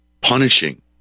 punishing